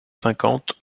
cinquante